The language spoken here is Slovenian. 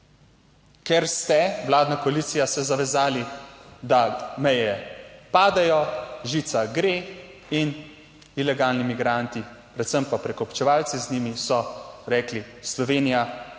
Ker ste, vladna koalicija, se zavezali, da meje padejo, žica gre in ilegalni migranti, predvsem pa prekupčevalci z njimi so rekli, Slovenija